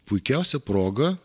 puikiausia proga